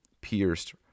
pierced